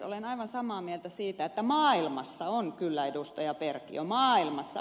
olen aivan samaa mieltä siitä että maailmassa on kyllä ed